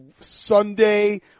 Sunday